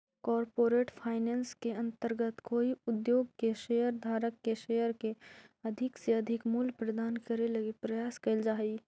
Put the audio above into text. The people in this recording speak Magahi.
कॉरपोरेट फाइनेंस के अंतर्गत कोई उद्योग के शेयर धारक के शेयर के अधिक से अधिक मूल्य प्रदान करे लगी प्रयास कैल जा हइ